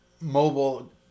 mobile